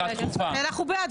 נתקבלה.